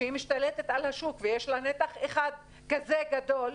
כשהיא משתלטת על השוק ויש לה נתח אחד כזה גדול,